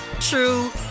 true